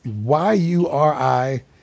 y-u-r-i